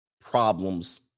problems